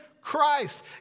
Christ